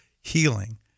healing